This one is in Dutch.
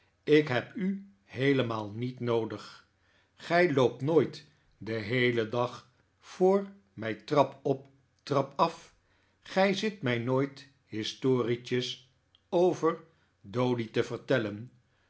ik heb u heelemaal niet noodig gij loopt nooit den heelen dag voor mij trap op trap af gij zit mij nooit historietjes over doady te vertellen